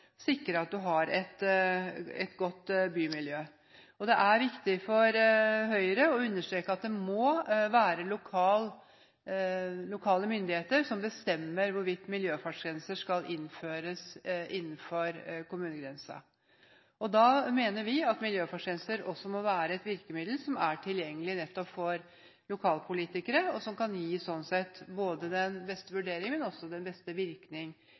sikre at man har et godt bymiljø. Det er også viktig for Høyre å understreke at det må være lokale myndigheter som bestemmer hvorvidt miljøfartsgrenser skal innføres innenfor kommunegrensen. Da mener vi at miljøfartsgrenser også må være et virkemiddel som er tilgjengelig nettopp for lokalpolitikere, og som sånn sett kan gi den beste vurdering, men også den beste virkning